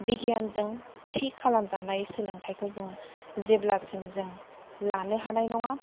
बिगियानजों थि खालाम जानाय सोलोंथाइखौ जोङो जेब्लासिम जों लानो हानाय नङा